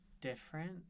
different